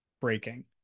breaking